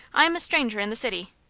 i am a stranger in the city.